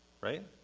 Right